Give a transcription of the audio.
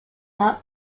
are